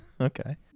Okay